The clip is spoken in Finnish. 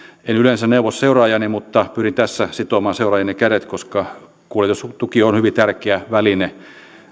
en yleensä neuvo seuraajaani mutta pyrin tässä sitomaan seuraajani kädet koska kuljetustuki on hyvin tärkeä väline